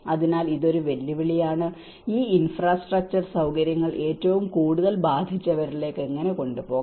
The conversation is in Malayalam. അതിനാൽ ഇത് ഒരു വെല്ലുവിളിയാണ് ഈ ഇൻഫ്രാസ്ട്രക്ചർ സൌകര്യങ്ങൾ ഏറ്റവും കൂടുതൽ ബാധിച്ചവരിലേക്ക് എങ്ങനെ കൊണ്ടുപോകാം